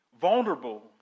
vulnerable